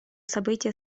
события